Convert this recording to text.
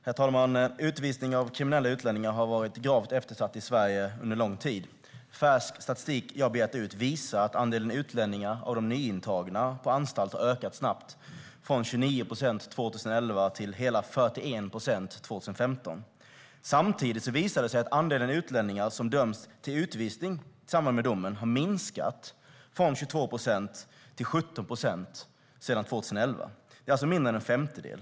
Herr talman! Utvisning av kriminella utlänningar har varit gravt eftersatt i Sverige under lång tid. Färsk statistik som jag har begärt att få ut visar att andelen utlänningar av de nyintagna på anstalter har ökat snabbt, från 29 procent 2011 till hela 41 procent 2015. Samtidigt visar det sig att andelen utlänningar som döms till utvisning i samband med dom har minskat, från 22 procent till 17 procent sedan 2011. Det är alltså mindre än en femtedel.